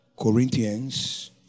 Corinthians